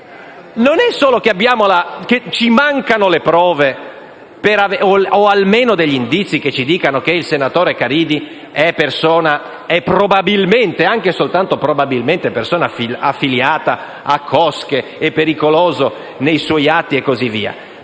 non è solo che ci mancano le prove o almeno degli indizi che ci dicano che il senatore Caridi è probabilmente (anche soltanto probabilmente) persona affiliata a cosche ed è pericoloso nei suoi atti e così via,